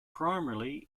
primarily